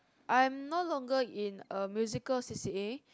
I'm no longer in a musical c_c_a